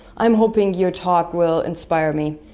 i'm hoping your talk will inspire me.